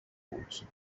بود